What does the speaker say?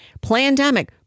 Plandemic